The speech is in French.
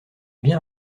bien